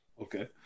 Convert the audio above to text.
Okay